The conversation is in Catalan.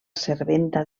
serventa